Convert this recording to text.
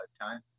time